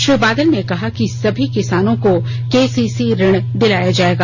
श्री बादल ने कहा कि सभी किसानों को केसीसी ऋण दिलाया जाएगा